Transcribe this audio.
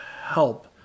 help